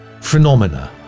phenomena